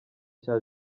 cya